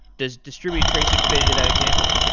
does distributor tracing fit into that example?